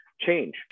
Change